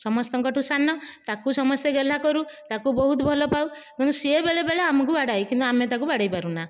ସମସ୍ତଙ୍କଠାରୁ ସାନ ତାକୁ ସମସ୍ତେ ଗେହ୍ଲା କରୁ ତାକୁ ବହୁତ ଭଲପାଉ କିନ୍ତୁ ସିଏ ବେଳେବେଳେ ଆମକୁ ବଡ଼ାଏ କିନ୍ତୁ ଆମେ ତାକୁ ବାଡ଼େଇ ପାରୁନା